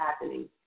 happening